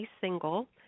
single